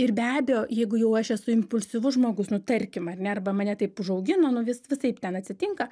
ir be abejo jeigu jau aš esu impulsyvus žmogus nu tarkim ar ne arba mane taip užaugino nu vis visaip ten atsitinka